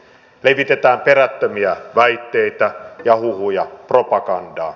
levitetään perättömiä väitteitä ja huhuja propagandaa